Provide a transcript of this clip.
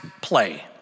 play